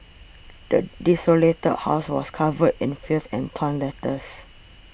the desolated house was covered in filth and torn letters